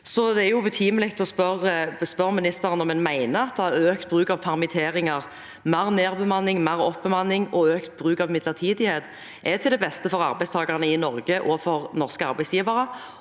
er det betimelig å spørre ministeren om hun mener at økt bruk av permitteringer, mer nedbemanning, mer oppbemanning og økt bruk av midlertidighet er til beste for arbeidstagerne i Norge og for norske arbeidsgivere.